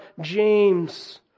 James